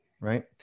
right